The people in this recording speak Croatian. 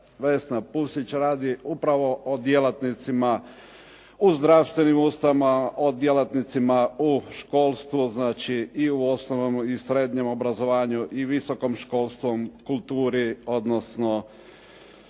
Vesna Pusić, radi upravo u djelatnicima u zdravstvenim ustanovama, o djelatnicima u školstvu, znači i u osnovnom i srednjem obrazovanju i visokom školstvu, kulturi odnosno